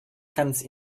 hands